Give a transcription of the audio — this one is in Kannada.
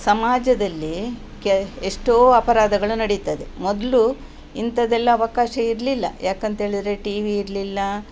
ಸಮಾಜದಲ್ಲಿ ಕೆ ಎಷ್ಟೋ ಅಪರಾಧಗಳು ನಡೀತದೆ ಮೊದಲು ಇಂಥದ್ದೆಲ್ಲ ಅವಕಾಶ ಇರಲಿಲ್ಲ ಯಾಕಂತೇಳಿದರೆ ಟಿ ವಿ ಇರಲಿಲ್ಲ